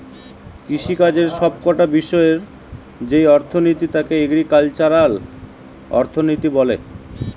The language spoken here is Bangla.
কৃষিকাজের সব কটা বিষয়ের যেই অর্থনীতি তাকে এগ্রিকালচারাল অর্থনীতি বলে